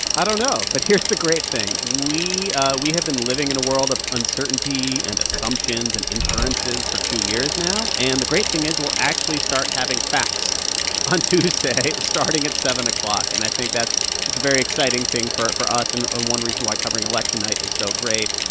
i don't know. but here's the great thing. we ah we have been living in a world of uncertainty and assumptions and inferences for two years now. and the great thing is we'll actually start having facts on tuesday starting at seven o'clock. and i think that's a very exciting thing for for us and one reason why covering election night is so great.